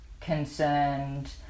concerned